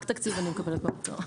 רק תקציב אני מקבלת מהאוצר.